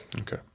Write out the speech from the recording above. Okay